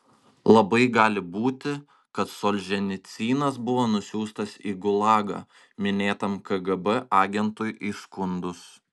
labai gali būti kad solženicynas buvo nusiųstas į gulagą minėtam kgb agentui įskundus